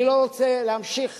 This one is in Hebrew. אני לא רוצה להמשיך